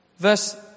Verse